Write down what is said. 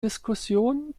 diskussion